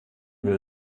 will